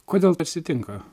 kodėl atsitinka